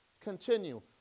continue